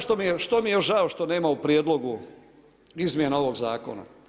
Što mi je još žao što nema u prijedlogu izmjena ovog zakona?